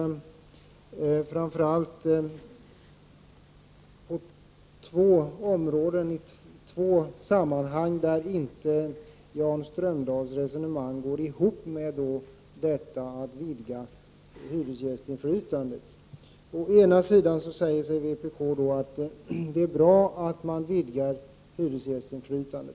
Anledningen till min replik var de två sammanhang i vilken Jan Strömdahls resonemang inte går ihop med att vidga hyresgästinflytandet. Å ena sidan säger vpk att det är bra att vidga hyresgästinflytandet.